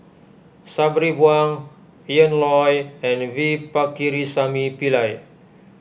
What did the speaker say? Sabri Buang Ian Loy and V Pakirisamy Pillai